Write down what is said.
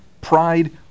pride